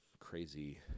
crazy